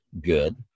good